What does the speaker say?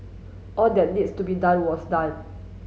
all that needs to be done was done